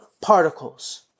particles